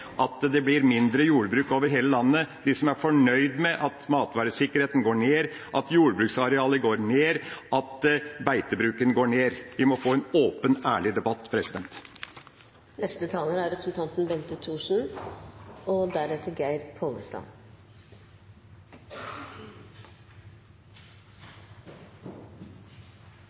at det blir mindre jordbruk over hele landet, de som er fornøyd med at matvaresikkerheten går ned, at jordbruksarealet går ned, og at beitebruken går ned. Vi må få en åpen, ærlig debatt.